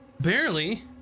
barely